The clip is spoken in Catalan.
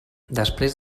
després